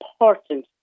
important